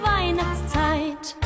Weihnachtszeit